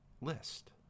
list